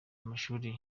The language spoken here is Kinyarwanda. amashuri